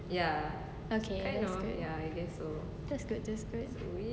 okay that's good that's good